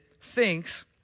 thinks